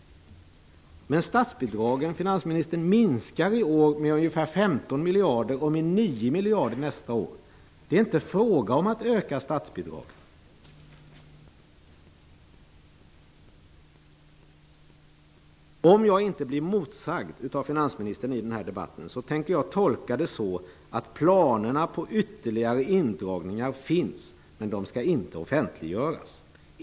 Men, finansministern, statsbidragen minskar i år med ca 15 miljarder och nästa år med 9 miljarder. Det är inte fråga om att öka statsbidragen. Om jag inte blir motsagd av finansministern i denna debatt tolkar jag det så, att planerna på ytterligare indragningar finns men att de inte skall offentliggöras.